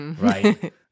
Right